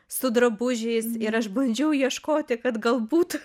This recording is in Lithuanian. su drabužiais ir aš bandžiau ieškoti kad galbūt